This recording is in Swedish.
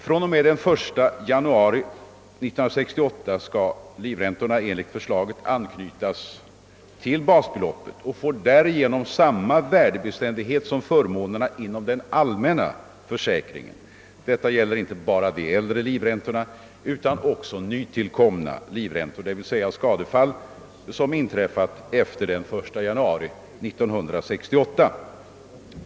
fr.o.m. den 1 januari 1968 skall livräntorna enligt förslaget anknytas till basbeloppet och får därigenom samma värdebeständighet som förmånerna inom den allmänna försäkringen. Detta gäller inte bara de äldre livräntorna utan också nytillkomna livräntor, d. v. s. skadefall som inträffar efter den 1 januari 1968.